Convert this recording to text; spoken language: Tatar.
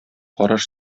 караш